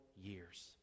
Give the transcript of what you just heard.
years